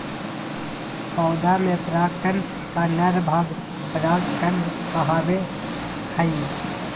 पौधा में पराग कण का नर भाग परागकण कहावो हइ